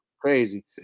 crazy